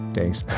Thanks